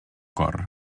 cor